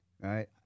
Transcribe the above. right